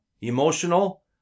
emotional